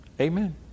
Amen